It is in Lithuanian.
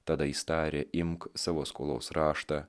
tada jis tarė imk savo skolos raštą